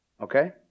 Okay